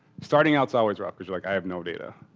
starting outs always rock because like, i have no data.